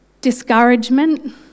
discouragement